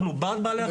אנחנו בעד בעלי החיים.